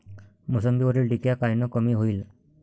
मोसंबीवरील डिक्या कायनं कमी होईल?